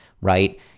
right